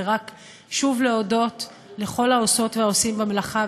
ורק שוב להודות לכל העושות והעושים במלאכה,